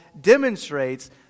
demonstrates